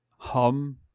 hum